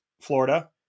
Florida